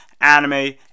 anime